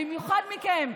במיוחד מכם,